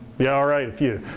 yeah, alright, a few.